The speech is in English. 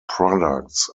products